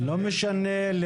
לא משנה.